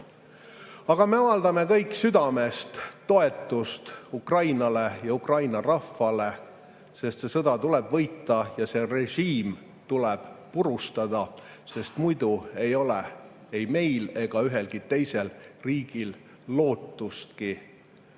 me avaldame kõik südamest toetust Ukrainale ja Ukraina rahvale. See sõda tuleb võita ja see režiim tuleb purustada, sest muidu ei ole ei meil ega ühelgi teisel riigil lootustki tulevikule.